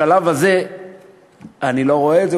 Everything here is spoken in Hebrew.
בשלב הזה אני לא רואה את זה.